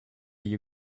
you